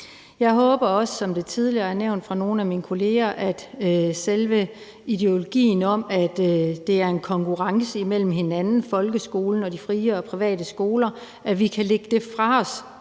Jeg håber også, som det tidligere er nævnt fra nogle af mine kollegers side, at vi kan lægge selve ideologien om, at det er en konkurrence imellem hinanden, folkeskolen og fri- og privatskolerne, fra os